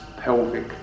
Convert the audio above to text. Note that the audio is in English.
pelvic